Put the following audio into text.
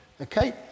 Okay